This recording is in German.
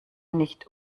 nicht